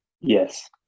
Yes